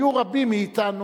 היו רבים מאתנו,